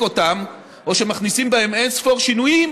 אותם או שמכניסים בהם אין-ספור שינויים,